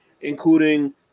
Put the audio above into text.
including